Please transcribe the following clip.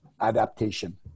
adaptation